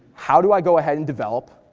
how do i go ahead and develop